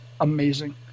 amazing